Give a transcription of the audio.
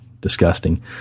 disgusting